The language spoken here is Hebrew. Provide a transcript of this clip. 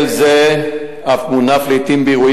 אבל זה אסור לפי,